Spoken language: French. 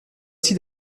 s’il